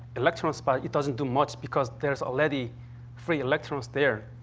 electrons, but it doesn't do much because there's already free electrons there.